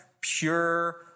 pure